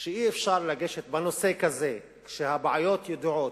שאי-אפשר לגשת בנושא כזה, כשהבעיות ידועות,